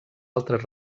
altres